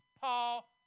Paul